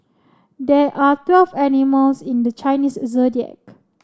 there are twelve animals in the Chinese Zodiac